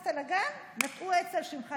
נכנסת לגן, נטעו עץ על שמך.